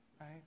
Right